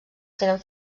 tenen